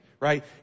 right